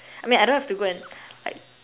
I mean I don't have to go and like